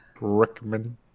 rickman